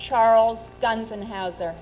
charles guns and hauser